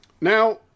Now